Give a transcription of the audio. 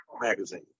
magazine